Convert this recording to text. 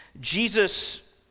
Jesus